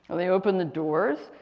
they opened the doors,